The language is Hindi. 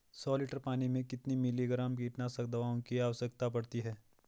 सौ लीटर पानी में कितने मिलीग्राम कीटनाशक दवाओं की आवश्यकता पड़ती है?